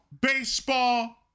baseball